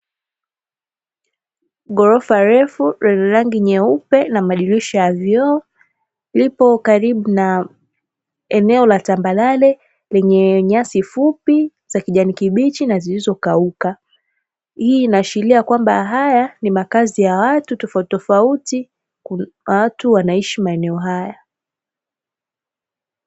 Ghorofa refu lenye rangi nyeupe na madirisha ya vioo, lipo karibu na eneo la tambarare lenye nyasi fupi za kijani kibichi na zilizokauka. Hii inaashiria kwamba haya ni makazi ya watu tofautitofauti. Kuna watu wanaishi maeneo haya.